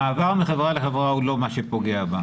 המעבר מחברה לחברה, לא זה מה שפוגע בה.